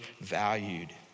valued